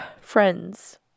friends